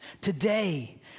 Today